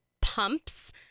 pumps